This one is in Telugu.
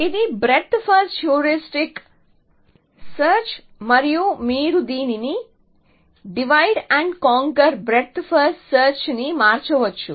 ఇది బ్రెడ్త్ ఫస్ట్ హ్యూరిస్టిక్ సెర్చ్ మరియు మీరు దీనిని divide and conquer breadth first సెర్చ్ని మార్చవచ్చు